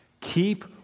Keep